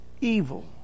evil